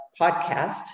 Podcast